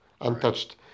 untouched